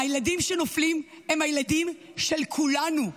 הילדים שנופלים הם הילדים של כולנו.